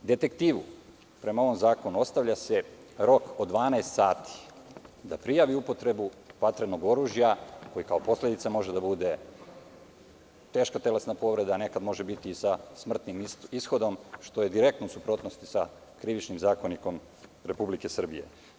Detektivu prema ovom zakonu ostavlja se rok od 12 sati da prijavi upotrebu vatrenog oružja, a posledica može da bude teška telesna povreda, a nekada može biti smrtni ishod, što je direktno u suprotnosti sa Krivičnim zakonikom Republike Srbije.